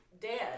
dead